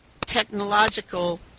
technological